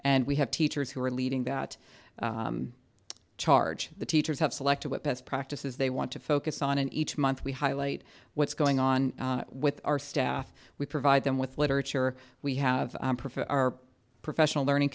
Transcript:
and we have teachers who are leading that charge the teachers have selected what best practices they want to focus on and each month we highlight what's going on with our staff we provide them with literature we have our professional learning